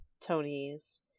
Tony's